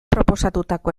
proposatutako